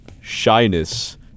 Shyness